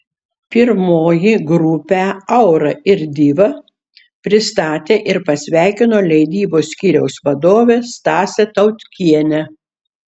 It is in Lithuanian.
pirmoji grupę aura ir diva pristatė ir pasveikino leidybos skyriaus vadovė stasė tautkienė